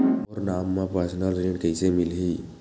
मोर नाम म परसनल ऋण कइसे मिलही?